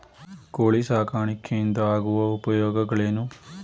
ಕೋಳಿ ಸಾಕಾಣಿಕೆಯಿಂದ ಆಗುವ ಉಪಯೋಗಗಳೇನು?